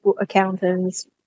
accountants